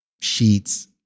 sheets